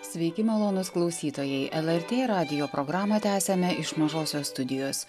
sveiki malonūs klausytojai lrt radijo programą tęsiame iš mažosios studijos